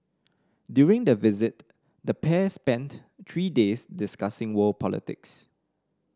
during the visit the pair spent three days discussing world politics